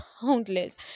countless